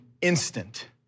instant